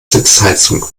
sitzheizung